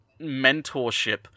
mentorship